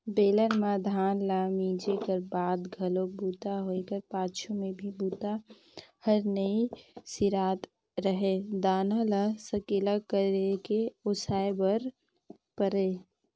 बेलन म धान ल मिंजे कर बाद घलोक बूता होए कर पाछू में भी बूता हर नइ सिरात रहें दाना ल सकेला करके ओसाय बर परय